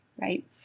right